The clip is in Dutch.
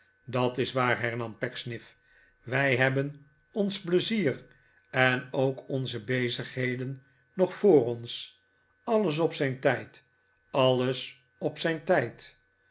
dat is waar hern am pecksniff wij hebben ons pleizier en ook onze bezigheden nog voor ons alles op zijn tijd alles op zijn tijd